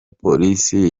polisi